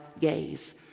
gaze